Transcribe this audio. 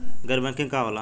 गैर बैंकिंग का होला?